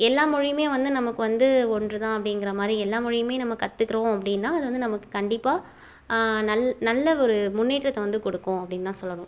எல்லா மொழியுமே வந்து நமக்கு வந்து ஒன்று தான் அப்படிங்கிறமாரி எல்லா மொழியுமே நம்ம கற்றுக்குறோம் அப்படின்னா அது வந்து நமக்கு கண்டிப்பாக நல் நல்ல ஒரு முன்னேற்றத்தை வந்து கொடுக்கும் அப்படின்னு தான் சொல்லணும்